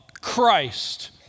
Christ